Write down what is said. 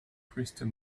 crystal